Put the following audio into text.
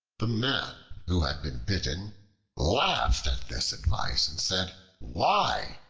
the man who had been bitten laughed at this advice and said, why?